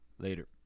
Later